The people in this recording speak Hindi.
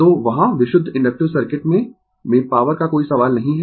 तो वहां विशुद्ध इन्डक्टिव सर्किट में में पॉवर का कोई सवाल नहीं है